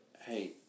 Hey